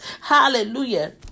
Hallelujah